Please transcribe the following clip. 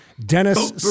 Dennis